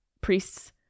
priests